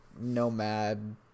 nomad